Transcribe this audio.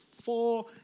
Four